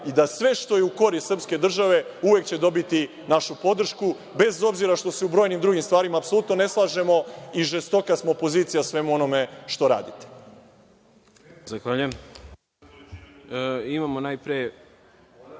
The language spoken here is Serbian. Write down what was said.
i da sve što je korist srpske države uvek će dobiti našu podršku bez obzira što se u brojnim drugim stvarima apsolutno ne slažemo i žestoka smo opozicija svemu onome što radite.